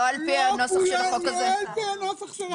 לא לפי נוסח החוק.